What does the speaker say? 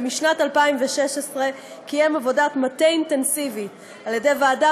ומשנת 2016 קיים עבודת מטה אינטנסיבית על ידי ועדה